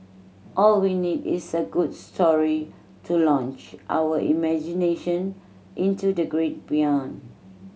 all we need is a good story to launch our imagination into the great beyond